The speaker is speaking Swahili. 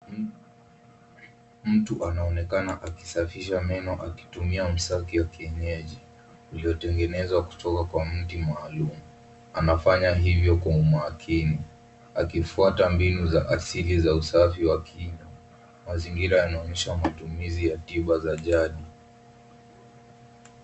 Mtu anaonekan akisafisha meno akitumia mswaki wa kienyeji uliotengenezwa kutoka kwa mti maalum, anafanya hivyo kwa makini akifuata mbinu za asili za usafi wa kinywa, mazingira yanaonyesha matumizi ya tiba za jadi.